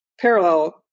parallel